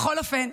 בכל אופן,